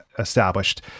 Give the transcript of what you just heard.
established